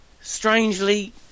strangely